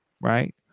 right